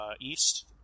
east